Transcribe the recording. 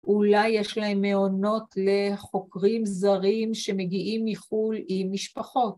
‫אולי יש להם מעונות לחוקרים זרים ‫שמגיעים מחו״ל עם משפחות.